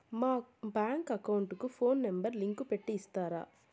మా bank account కు phone number link పెట్టి ఇస్తారా?